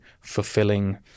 fulfilling